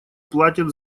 платят